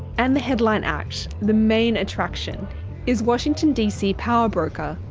and the headline act the main attraction is washington dc powerbroker,